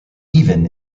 even